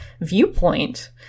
viewpoint